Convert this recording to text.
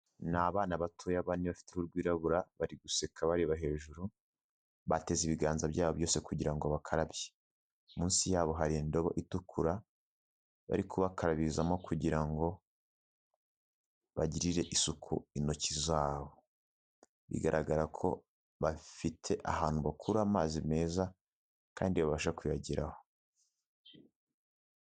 Ni abana batoya bane bafite uruhu rwirabura bari guseka bareba hejuru, bateze ibiganza byabo byose kugira ngo babakarabye. Munsi yabo hari indobo itukura bari kubakarabirizamo kugira ngo bagirire isuku intoki zabo. Bigaragara ko bafite ahantu bakura amazi meza kandi babasha kuyageraho.